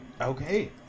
Okay